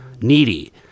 needy